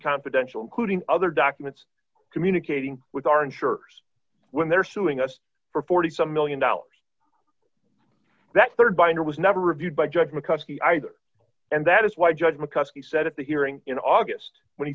confidential including other documents communicating with our insurers when they're suing us for forty some one million dollars that rd binder was never reviewed by judge mccuskey either and that is why judge mccuskey said at the hearing in august when he